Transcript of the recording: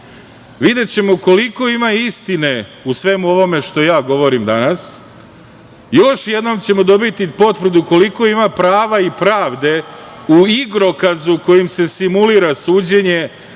videćemo koliko ima istine u svemu ovome što ja govorim danas, još jednom ćemo dobiti potvrdu koliko ima prava i pravde u igrokazu kojim se simulira suđenje